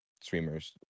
streamers